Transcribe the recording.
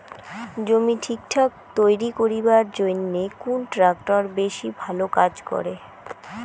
জমি ঠিকঠাক তৈরি করিবার জইন্যে কুন ট্রাক্টর বেশি ভালো কাজ করে?